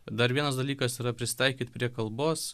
dar vienas dalykas yra prisitaikyt prie kalbos